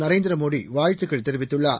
நரேந்திர மோடி வாழ்த்துக்கள் தெரிவித்துள்ளார்